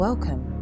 Welcome